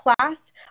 class